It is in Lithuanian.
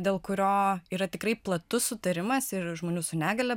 dėl kurio yra tikrai platus sutarimas ir žmonių su negalia